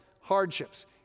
hardships